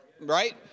right